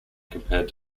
compared